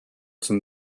zum